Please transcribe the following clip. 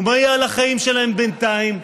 ומה יהיה על החיים שלהם בינתיים?